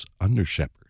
under-shepherd